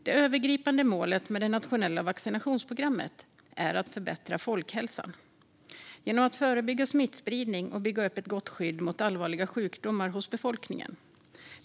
Det övergripande målet med det nationella vaccinationsprogrammet är att förbättra folkhälsan genom att förebygga smittspridning och bygga upp ett gott skydd mot allvarliga sjukdomar hos befolkningen.